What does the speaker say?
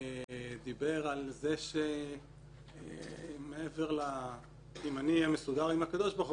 הוא דיבר על זה שמעבר לאם אני אהיה מסודר עם הקב"ה,